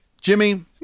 Jimmy